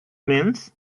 means